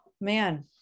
man